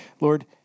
Lord